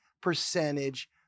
percentage